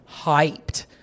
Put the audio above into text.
hyped